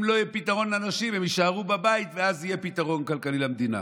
אם לא יהיה פתרון לנשים הן יישארו בבית ואז יהיה פתרון כלכלי למדינה.